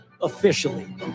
officially